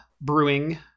Brewing